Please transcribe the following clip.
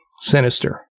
sinister